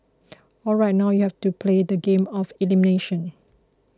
alright now you have to play the game of elimination